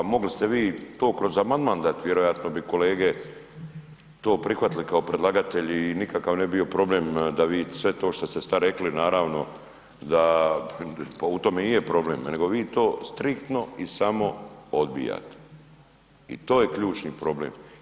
Pa mogli ste vi to kroz amandman dat, vjerovatno bi kolege to prihvatili kao predlagatelji i nikakav ne bi bio problem da vi sve to što ste sad rekli naravno da pa u tome u je problem nego vi to striktno i samo odbijate i to je ključni problem.